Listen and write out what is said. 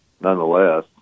nonetheless